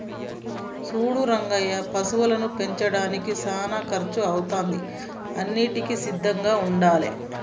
సూడు రంగయ్య పశువులను పెంచడానికి సానా కర్సు అవుతాది అన్నింటికీ సిద్ధంగా ఉండాలే